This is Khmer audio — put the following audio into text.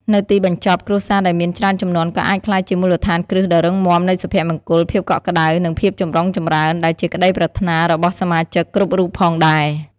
នៅទីបញ្ចប់ គ្រួសារដែលមានច្រើនជំនាន់ក៏អាចក្លាយជាមូលដ្ឋានគ្រឹះដ៏រឹងមាំនៃសុភមង្គល ភាពកក់ក្តៅ និងភាពចម្រុងចម្រើន ដែលជាក្តីប្រាថ្នារបស់សមាជិកគ្រប់រូបផងដែរ។